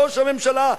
ראש הממשלה,